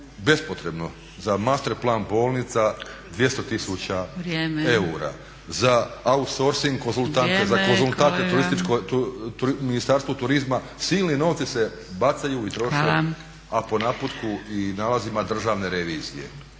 bespotrebno za master plan bolnica 200 tisuća eura, za outsorcing konzultante, za konzultante u Ministarstvu turizma silni novci se bacaju i troše a po naputku i nalazima Državne revizije.